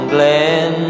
Glen